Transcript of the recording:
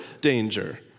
danger